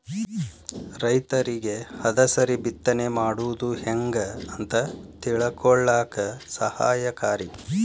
ರೈತರಿಗೆ ಹದಸರಿ ಬಿತ್ತನೆ ಮಾಡುದು ಹೆಂಗ ಅಂತ ತಿಳಕೊಳ್ಳಾಕ ಸಹಾಯಕಾರಿ